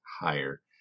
higher